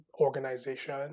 organization